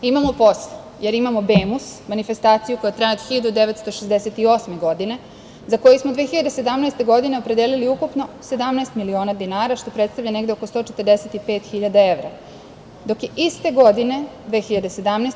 Imamo posla, jer imamo BEMUS, manifestaciju koja traje od 1968. godine, za koju smo 2017. godine opredelili ukupno 17 miliona dinara, što predstavlja negde oko 145.000 evra, dok je iste godine 2017.